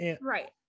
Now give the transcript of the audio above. Right